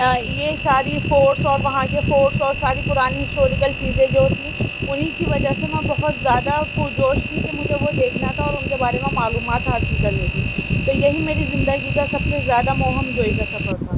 یہ ساری فورٹس اور وہاں کی فورٹس اور ساری پرانی ہسٹوریکل چیزیں جو تھیں انہیں کی وجہ سے وہاں بہت زیادہ پرجوش تھی کہ مجھے وہ دیکھنا تھا اور ان کے بارے میں معلومات حاصل کرنی تھی تو یہی میری زندگی کا سب سے زیادہ مہم جوئی کا سفر تھا